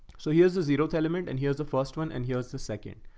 so here's the zero element and here's the first one. and here's the second.